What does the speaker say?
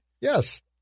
Yes